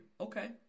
Okay